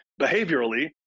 behaviorally